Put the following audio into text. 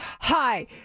hi